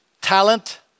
talent